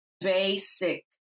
basic